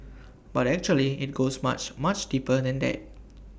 but actually IT goes much much deeper than that